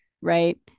right